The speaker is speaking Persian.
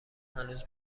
هنوز